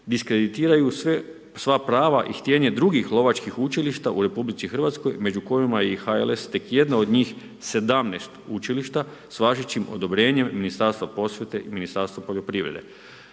diskreditiraju sva prava i htjenje drugih lovačkih učilišta u RH među kojima je i HLS tek jedna od njih 17 učilišta s važećim odobrenjem Ministarstva prosvjete i Ministarstva poljoprivrede.